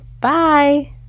Bye